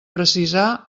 precisar